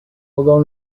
although